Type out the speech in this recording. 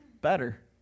better